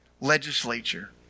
legislature